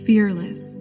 Fearless